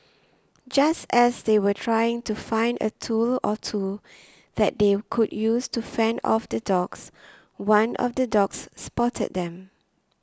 just as they were trying to find a tool or two that they could use to fend off the dogs one of the dogs spotted them